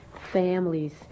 families